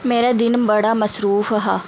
मेरा दिन बड़ा मसरूफ हा